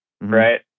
right